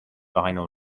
vinyl